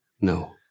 No